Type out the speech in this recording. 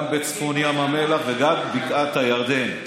גם בצפון ים המלח, וגם בבקעת הירדן.